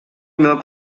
milk